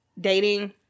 dating